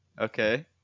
Okay